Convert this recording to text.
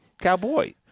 cowboy